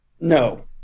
No